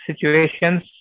situations